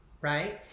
right